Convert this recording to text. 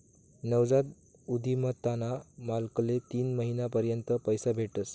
नवजात उधिमताना मालकले तीन महिना पर्यंत पैसा भेटस